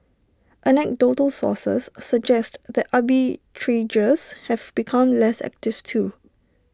anecdotal sources suggest that arbitrageurs have become less active too